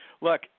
Look